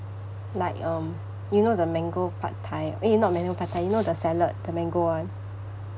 like um you know the mango pad thai eh not mango pad thai you know the salad the mango one